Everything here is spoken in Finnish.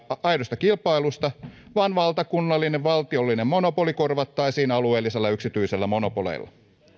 aidosta kilpailusta vaan valtakunnallinen valtiollinen monopoli korvattaisiin alueellisilla yksityisillä monopoleilla